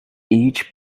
each